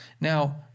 Now